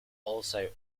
also